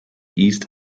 east